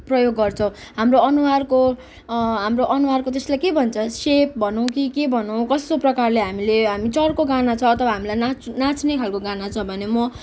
प्रयोग गर्छौँ हाम्रो अनुहारको हाम्रो अनुहारको त्यसलाई के भन्छ सेप भनौँ कि के भनौँ कस्तो प्रकारले हामीले हामीले चर्को गाना छ अथवा हामलाई नाच्न नाच्ने खालको गाना छ भने म